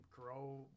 grow